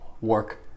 work